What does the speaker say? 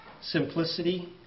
simplicity